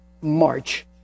March